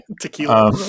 Tequila